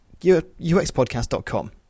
uxpodcast.com